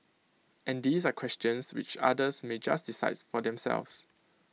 and these are questions which others may just decide for themselves